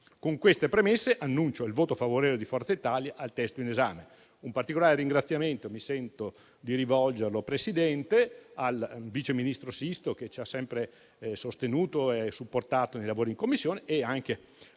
Con queste premesse, annuncio il voto favorevole di Forza Italia al testo in esame. Un particolare ringraziamento mi sento di rivolgerlo al vice ministro Sisto, che ci ha sempre sostenuto e supportato nei lavori in Commissione, e anche